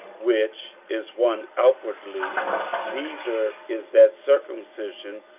which is one outwardly neither is that circumcision,